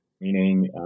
meaning